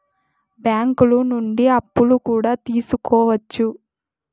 బ్యాంకులు నుండి అప్పులు కూడా తీసుకోవచ్చు